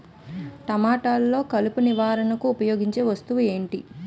టమాటాలో కలుపు నివారణకు ఉపయోగించే వస్తువు ఏంటి?